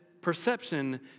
perception